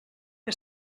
que